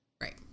Right